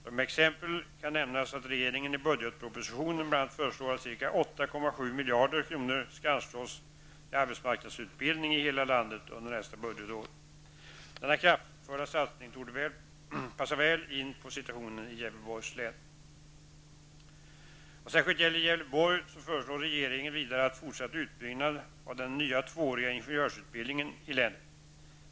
Som exempel kan nämnas att regeringen i budgetpropositionen bl.a. föeslår att ca 8,7 miljarder kr. skall anslås till arbetsmarknadsutbildningen i hela landet under nästa budgetår. Denna kraftfulla satsning torde passa väl in på situationen i Gävleborgs län. Vad särskilt gäller Gävleborg föreslår regeringen vidare en fortsatt utbyggnad av den nya tvååriga ingenjörsutbildningen i länet.